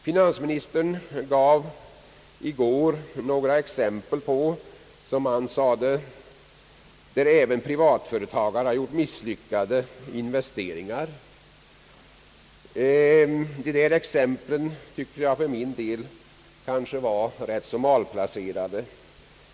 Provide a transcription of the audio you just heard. Finansministern gav i går några exempel, som han sade, där även privatföretagarna gjort misslyckade investeringar. Dessa exempel var enligt min mening ganska malplacerade.